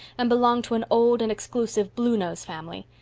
and belonged to an old and exclusive bluenose family.